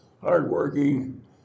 hardworking